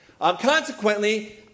Consequently